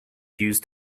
used